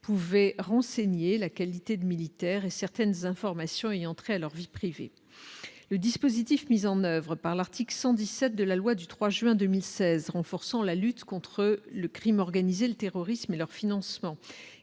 pouvait renseigner la qualité de militaire et certaines informations ayant trait à leur vie privée, le dispositif mis en oeuvre par l'article 117 de la loi du 3 juin 2016 renforçant la lutte contre le Crime organisé, le terrorisme et leur financement